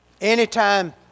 Anytime